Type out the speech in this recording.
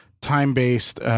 time-based